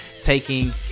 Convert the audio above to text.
taking